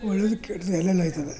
ಒಳ್ಳೆಯದು ಕೆಟ್ಟದ್ದು ಎಲ್ಲೆಲ್ಲ ಆಯ್ತದೆ